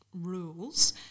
rules